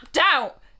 out